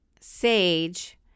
sage